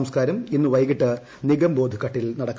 സംസ്കാരം ഇന്ന് വൈകിട്ട് നിഗംബോധ് ഘട്ടിൽ നടക്കും